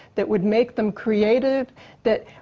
that would make them creative that,